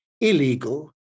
illegal